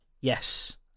Yes